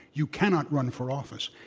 you cannot run for office.